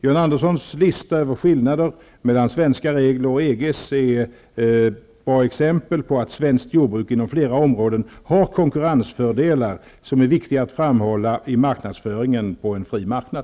John Anderssons lista över skillnader mellan svenska regler och EG:s regler är ett bra exempel på att svenskt jordbruk inom flera områden har konkurrensfördelar som är viktiga att framhålla i marknadsföringen på en fri marknad.